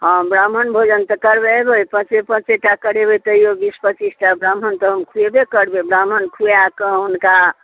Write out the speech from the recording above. हॅं ब्राह्मण भोजन तऽ करबेबै पाँचे पाँचेटा करेबै तइयो बीस पचीसटा ब्राह्मण तऽ हम खुएबे करबै ब्राह्मण खुआकऽ हुनका